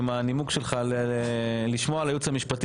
עם הנימוק שלך לשמוע לייעוץ המשפטי.